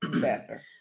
Better